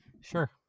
Sure